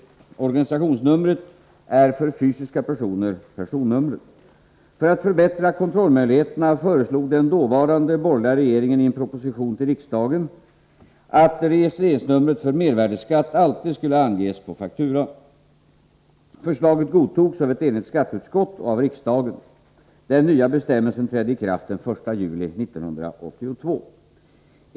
Organisationsnumret är för fysiska personer personnumret. För att förbättra kontrollmöjligheterna föreslog den dåvarande borgerliga regeringen i en proposition till riksdagen att registreringsnumret för mervärdeskatt alltid skulle anges på faktura. Förslaget godtogs av ett enigt skatteutskott och av riksdagen. Den nya bestämmelsen trädde i kraft den 1 juli 1982.